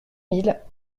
mille